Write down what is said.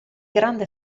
grande